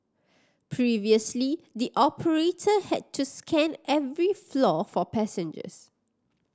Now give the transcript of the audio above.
previously the operator had to scan every floor for passengers